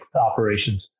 operations